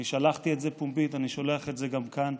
אני שלחתי את זה פומבית ואני שולח את זה גם כאן.